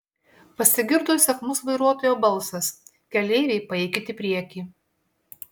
pasigirdo įsakmus vairuotojo balsas keleiviai paeikit į priekį